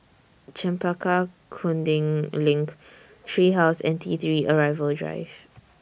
Chempaka Kuning LINK Tree House and T three Arrival Drive